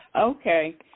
Okay